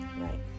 right